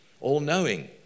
all-knowing